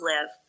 live